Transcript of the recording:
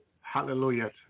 hallelujah